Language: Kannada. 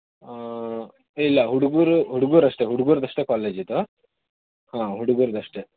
ಇಲ್ಲ ಹುಡುಗರು ಹುಡುಗಷ್ಟೆ ಹುಡುಗರ್ದಷ್ಟೆ ಕಾಲೇಜಿದು ಹಾಂ ಹುಡುಗರ್ದಷ್ಟೆ